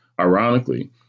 Ironically